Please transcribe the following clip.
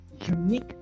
unique